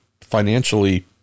financially